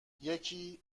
یکی